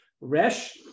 Resh